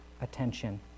attention